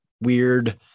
weird